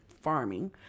farming